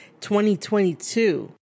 2022